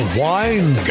wine